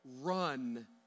run